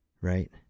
Right